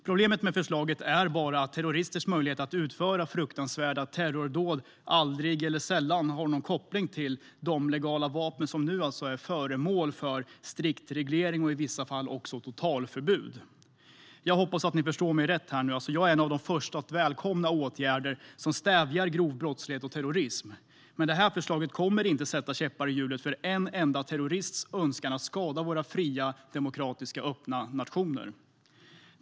Problemet med förslaget är bara att terroristers möjligheter att utföra fruktansvärda terrordåd aldrig, eller sällan, har någon koppling till de legala vapen som nu alltså är föremål för strikt reglering och i vissa fall också totalförbud. Jag hoppas att ni förstår mig rätt nu. Jag är en av de första att välkomna åtgärder som stävjar grov brottslighet och terrorism. Men det här förslaget kommer inte att sätta käppar i hjulet för en enda terrorists önskan om att skada våra fria, demokratiska och öppna nationer.